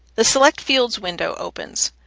the select fields window opens.